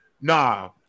nah